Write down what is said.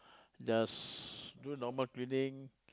just do normal cleaning